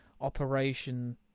operation